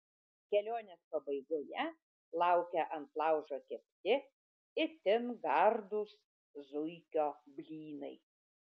kelionės pabaigoje laukia ant laužo kepti itin gardūs zuikio blynai